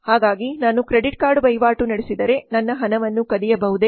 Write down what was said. ಹಾಗಾಗಿ ನಾನು credit card ವಹಿವಾಟು ನಡೆಸಿದರೆ ನನ್ನ ಹಣವನ್ನು ಕದಿಯಬಹುದೇ